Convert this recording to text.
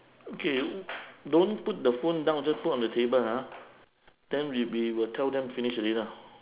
okay don't put the phone down just put on the table ha then we we will tell them finish already lah